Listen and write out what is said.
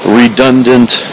redundant